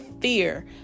fear